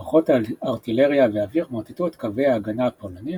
כוחות ארטילריה ואוויר מוטטו את קווי ההגנה הפולנים,